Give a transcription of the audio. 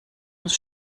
uns